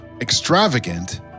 extravagant